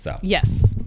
Yes